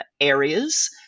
areas